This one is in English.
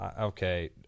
Okay